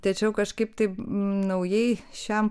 tačiau kažkaip taip naujai šiam